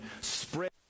spread